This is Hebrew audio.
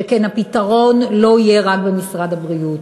שכן הפתרון לא יהיה רק במשרד הבריאות.